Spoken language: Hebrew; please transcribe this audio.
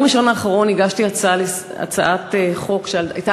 ביום ראשון האחרון הגשתי הצעת חוק שהייתה